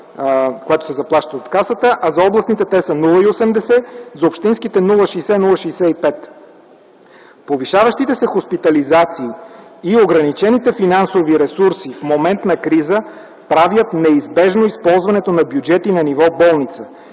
когато се заплаща от Касата, а за областните те са 0,80, за общинските 0,60-0,65. Повишаващите се хоспитализации и ограничените финансови ресурси в момент на криза правят неизбежно използването на бюджети на ниво болници.